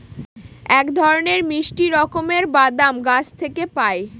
এক ধরনের মিষ্টি রকমের বাদাম গাছ থেকে পায়